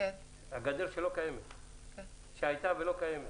הגדר שהייתה ולא קיימת,